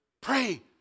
Pray